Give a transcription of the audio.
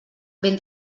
ben